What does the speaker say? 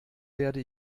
werde